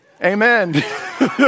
Amen